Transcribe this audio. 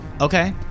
Okay